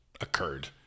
occurred